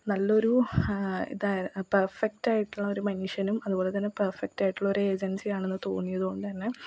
നല്ലൊരു ഇതാ പെർഫെക്റ്റായിട്ടുള്ള ഒരു മനുഷ്യനും അതുപോലെതന്നെ പെർഫെക്റ്റായിട്ടുള്ള ഒരു ഏജൻസി ആണെന്ന് തോന്നിയത് കൊണ്ടുതന്നെ